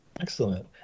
Excellent